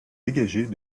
dégagées